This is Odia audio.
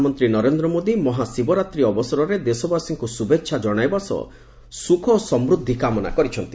ପ୍ରଧାନମନ୍ତ୍ରୀ ନରେନ୍ଦ୍ର ମୋଦୀ ମହାଶିବରାତ୍ରୀ ଅବସରରେ ଦେଶବାସୀଙ୍କୁ ଶୁଭେଚ୍ଛା ଜଣାଇବା ସହ ସୁଖ ଓ ସମୃଦ୍ଧି କାମନା କରିଛନ୍ତି